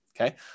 okay